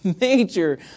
major